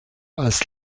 als